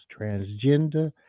transgender